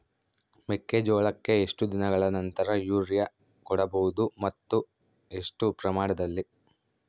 ಮೆಕ್ಕೆಜೋಳಕ್ಕೆ ಎಷ್ಟು ದಿನಗಳ ನಂತರ ಯೂರಿಯಾ ಕೊಡಬಹುದು ಮತ್ತು ಎಷ್ಟು ಪ್ರಮಾಣದಲ್ಲಿ?